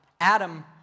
Adam